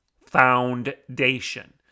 foundation